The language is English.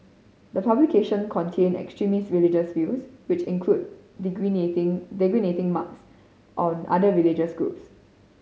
the publication contain extremist religious views which include denigrating denigrating remarks on other religious groups